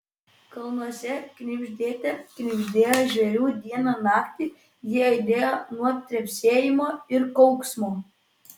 kalnuose knibždėte knibždėjo žvėrių dieną naktį jie aidėjo nuo trepsėjimo ir kauksmo